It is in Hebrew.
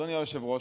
אדוני היושב-ראש,